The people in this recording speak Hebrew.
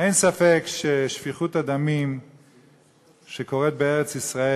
אין ספק ששפיכות הדמים שקורית בארץ-ישראל